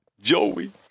Joey